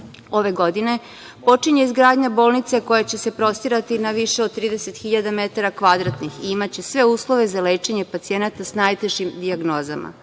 Ove godine počinje izgradnja bolnice koja će se prostirati na više od 30 hiljada metara kvadratnih i imaće sve uslove za lečenje pacijenata sa najtežim dijagnozama. Postojeća